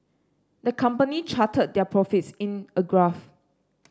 the company charted their profits in a graph